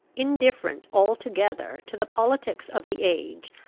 indifferent altogether to the politics of the age,